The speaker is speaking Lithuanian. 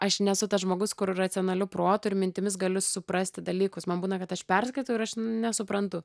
aš nesu tas žmogus kur racionaliu protu ir mintimis galiu suprasti dalykus man būna kad aš perskaitau ir aš nesuprantu